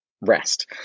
rest